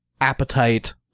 appetite